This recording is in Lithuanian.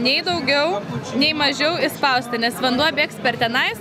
nei daugiau nei mažiau išspausta nes vanduo bėgs per tenais